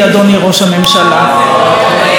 הקשבתי לנאום התעמולה שלך,